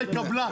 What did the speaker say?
קבלני